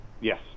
Yes